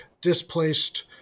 displaced